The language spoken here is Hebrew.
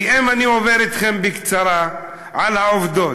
ואני עובר אתכם בקצרה על העובדות.